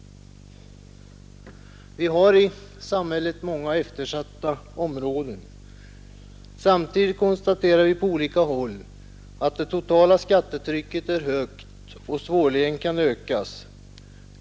Vi har många eftersatta områden i vårt samhälle. Samtidigt konstaterar vi på olika håll att det totala skattetrycket är högt och svårligen kan ökas.